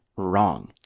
wrong